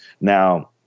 Now